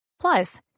Plus